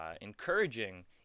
encouraging